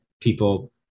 people